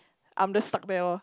I'm just stuck there lor